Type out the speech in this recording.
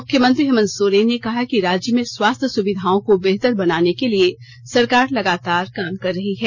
मुख्यमंत्री हेमन्त सोरेन ने कहा कि राज्य में स्वास्थ्य सुविधाओं को बेहतर बनाने के लिए सरकार लगातार काम कर रही है